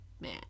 man